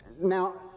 Now